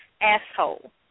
asshole